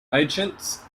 agents